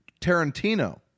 Tarantino